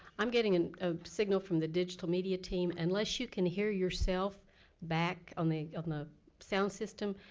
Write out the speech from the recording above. i'm getting and a signal from the digital media team. unless you can hear yourself back on the on the sound system,